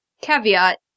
caveat